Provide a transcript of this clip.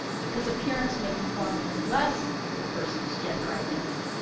because appearance may conform even less to the person's gender identity.